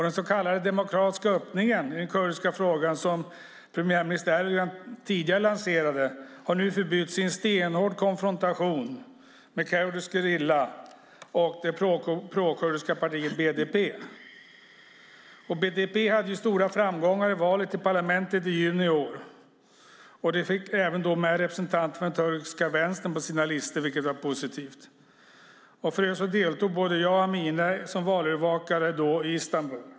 Den så kallade demokratiska öppningen i den kurdiska frågan som premiärminister Erdogan tidigare lanserade har nu förbytts i en stenhård konfrontation med kurdisk gerilla och det prokurdiska partiet BDP. BDP hade stora framgångar i valet till parlamentet i juni i år. Det fick även med en representant för den turkiska vänstern på sina listor, vilket är positivt. För övrigt deltog både jag och Amineh som valövervakare i Istanbul.